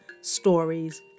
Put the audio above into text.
stories